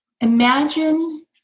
imagine